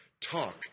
talk